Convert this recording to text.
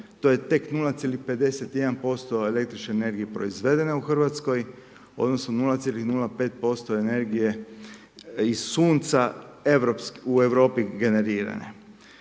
to je tek 0,51% el. energije proizvedeno u Hrvatskoj, odnosno, 0,05% energije iz sunca u Europi generirane.